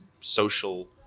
social